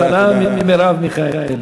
מתנה ממרב מיכאלי.